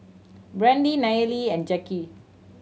Brande Nayeli and Jacque